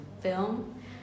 film